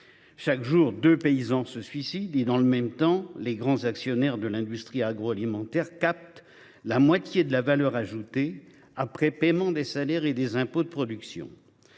Chaque jour, deux paysans se suicident, tandis que les grands actionnaires de l’industrie agroalimentaire captent la moitié de la valeur ajoutée, après paiement des salaires et des impôts de production.